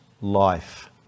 life